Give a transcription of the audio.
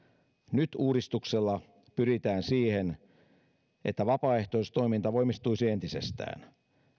nyt uudistuksella pyritään siihen että vapaaehtoistoiminta voimistuisi entisestään